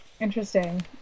interesting